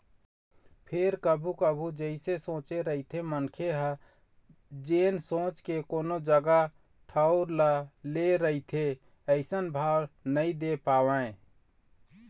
फेर कभू कभू जइसे सोचे रहिथे मनखे ह जेन सोच के कोनो जगा ठउर ल ले रहिथे अइसन भाव नइ दे पावय